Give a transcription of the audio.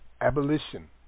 abolition